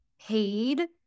paid